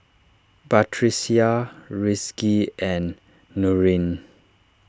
Batrisya Rizqi and Nurin